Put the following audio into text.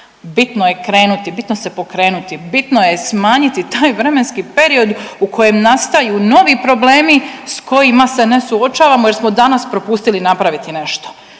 Bitno je krenuti, bitno se pokrenuti, bitno je smanjiti taj vremenski period u kojem nastaju novi problemi s kojima se ne suočavamo jer smo danas propustili napraviti nešto.